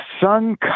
sun